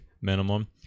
minimum